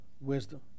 wisdom